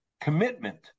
commitment